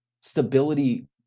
Stability